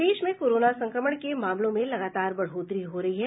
प्रदेश में कोरोना संक्रमण के मामलों में लगातार बढ़ोतरी हो रही है